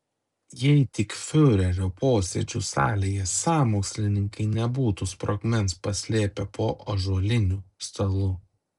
jei tik fiurerio posėdžių salėje sąmokslininkai nebūtų sprogmens paslėpę po ąžuoliniu stalu